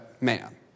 man